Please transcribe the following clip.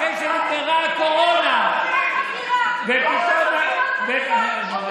אחרי שנגמרה הקורונה, ועדת חקירה, ועדת חקירה.